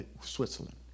Switzerland